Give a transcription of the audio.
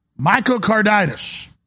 myocarditis